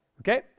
Okay